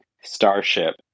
Starship